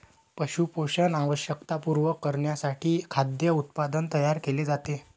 पशु पोषण आवश्यकता पूर्ण करण्यासाठी खाद्य उत्पादन तयार केले जाते